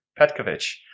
Petkovic